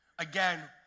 Again